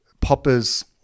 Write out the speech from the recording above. Popper's